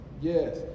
Yes